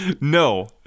No